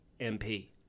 MP